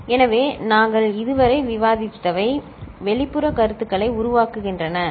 எனவே நாங்கள் இதுவரை விவாதித்தவை வெளிப்புற கருத்துக்களை உருவாக்குகின்றன சரி